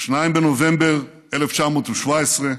ב-2 בנובמבר 1917,